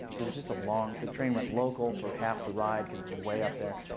it was just a long the train went local for half the ride, cause it's way up there.